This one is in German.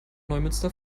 neumünster